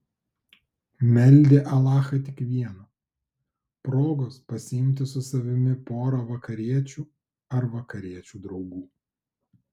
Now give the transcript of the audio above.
meldė alachą tik vieno progos pasiimti su savimi porą vakariečių ar vakariečių draugų